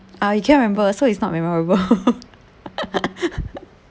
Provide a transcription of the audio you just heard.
I cannot remember so it's not memorable